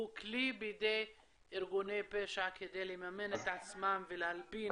הוא כלי בידי ארגוני פשע כדי לממן את עצמם ולהלבין כספים וכו'.